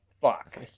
fuck